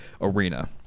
arena